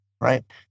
right